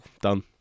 done